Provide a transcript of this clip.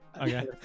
Okay